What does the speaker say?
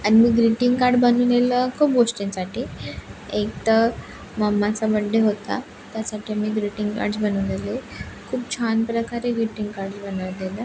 आणि मी greeting card बनवून दिलं खूप गोष्टींसाठी एक तर मम्माचा बर्थडे होता त्यासाठी मी ग्रीटिंग कार्डस बनवून दिले खूप छान प्रकारे ग्रीटिंग कार्ड बनवून दिले